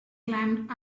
climbed